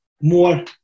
more